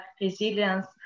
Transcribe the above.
resilience